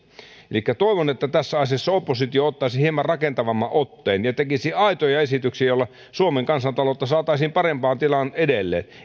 elikkä toivon että tässä asiassa oppositio ottaisi hieman rakentavamman otteen ja tekisi aitoja esityksiä joilla suomen kansantaloutta saataisiin parempaan tilaan edelleen